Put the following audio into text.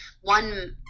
one –